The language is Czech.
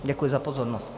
Děkuji za pozornost.